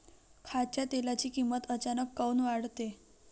खाच्या तेलाची किमत अचानक काऊन वाढते?